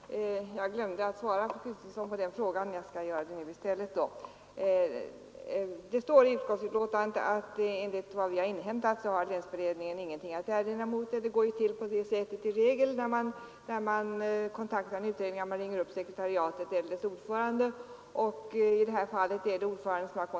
Herr talman! Jag glömde tidigare att svara på fru Kristenssons fråga, och därför skall jag göra det nu. I utskottets betänkande står det att enligt vad vi inhämtat har länsberedningen ingenting att erinra. Nu går det ju i regel till på det sättet när man kontaktar en beredning, att man ringer upp sekretariatet eller beredningens ordförande. I detta fall har ordföranden kontaktats.